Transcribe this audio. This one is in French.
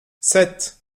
sept